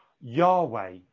Yahweh